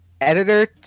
editor